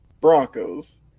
Broncos